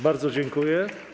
Bardzo dziękuję.